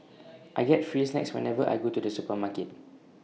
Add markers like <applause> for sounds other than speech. <noise> I get free snacks whenever I go to the supermarket